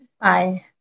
Bye